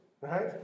right